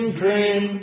dream